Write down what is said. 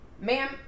Ma'am